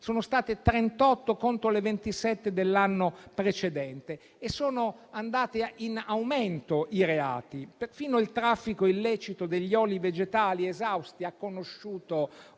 sono state 38 contro le 27 dell'anno precedente e sono andati in aumento i reati. Perfino il traffico illecito degli oli vegetali esausti ha conosciuto